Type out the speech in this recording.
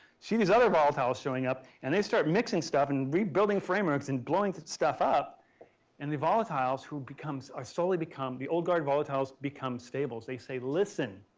see these other volatiles showing up and they start mixing stuff and rebuilding frameworks and blowing stuff up and the volatiles who becomes, slowly become, the old guard volatiles become stables. they say listen,